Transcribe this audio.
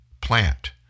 plant